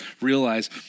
realize